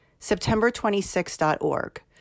september26.org